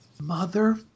mother